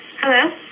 Hello